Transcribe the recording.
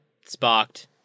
sparked